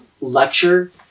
lecture